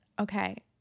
okay